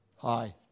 Hi